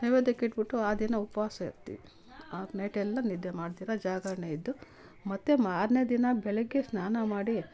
ನೈವೇದ್ಯಕ್ಕೆ ಇಟ್ಟುಬಿಟ್ಟು ಆ ದಿನ ಉಪವಾಸ ಇರ್ತಿವಿ ಆ ನೈಟೆಲ್ಲ ನಿದ್ದೆ ಮಾಡ್ದಿರ ಜಾಗರಣೆ ಇದ್ದು ಮತ್ತು ಮಾರನೆ ದಿನ ಬೆಳಗ್ಗೆ ಸ್ನಾನ ಮಾಡಿ